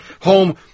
home